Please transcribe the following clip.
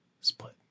Split